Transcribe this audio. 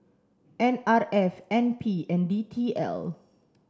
N R F N P and D T L